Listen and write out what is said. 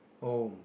oh